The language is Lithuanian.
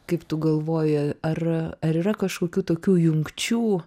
kaip tu galvoji ar ar yra kažkokių tokių jungčių